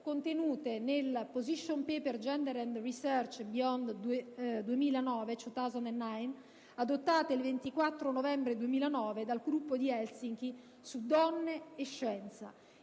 contenute nel Position Paper «*Gender and Research Beyond 2009*», adottate il 24 novembre 2009 dal Gruppo di Helsinki su Donne e Scienza,